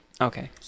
Okay